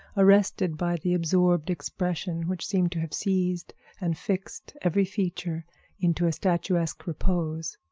arrested by the absorbed expression which seemed to have seized and fixed every feature into a statuesque repose.